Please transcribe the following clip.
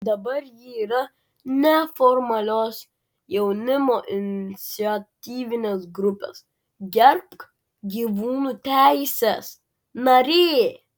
dabar ji yra neformalios jaunimo iniciatyvinės grupės gerbk gyvūnų teises narė